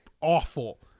awful